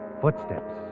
footsteps